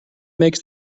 makes